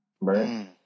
right